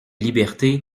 liberté